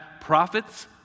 prophets